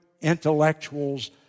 intellectuals